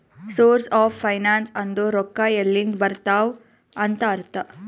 source of finance ಅಂದುರ್ ರೊಕ್ಕಾ ಎಲ್ಲಿಂದ್ ಬರ್ತಾವ್ ಅಂತ್ ಅರ್ಥ